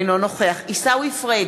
אינו נוכח עיסאווי פריג'